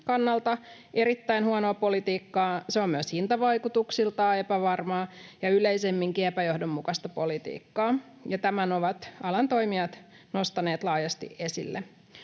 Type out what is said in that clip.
kannalta erittäin huonoa politikkaa myös hintavaikutuksiltaan epävarmaa ja yleisemminkin epäjohdonmukaista politiikkaa. Tämän ovat alan toimijat nostaneet laajasti esille.